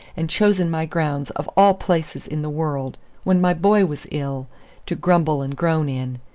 and chosen my grounds, of all places in the world when my boy was ill to grumble and groan in.